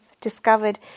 discovered